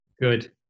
Good